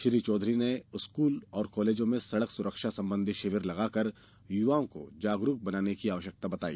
श्री चौधरी ने स्कूल और कॉलेजों में सड़क सुरक्षा संबंधी शिविर लगा कर युवाओं को जागरूक बनाने की आवश्यकता बताई